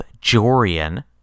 Jorian